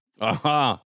Aha